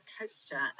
coaster